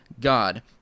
God